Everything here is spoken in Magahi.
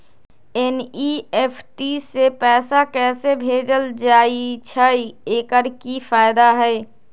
एन.ई.एफ.टी से पैसा कैसे भेजल जाइछइ? एकर की फायदा हई?